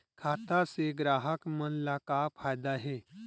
खाता से ग्राहक मन ला का फ़ायदा हे?